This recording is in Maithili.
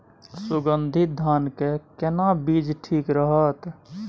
सुगन्धित धान के केना बीज ठीक रहत?